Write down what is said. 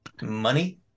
Money